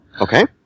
Okay